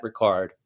Ricard